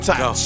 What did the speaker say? go